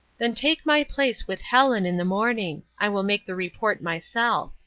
then take my place with helen in the morning. i will make the report myself.